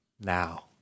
now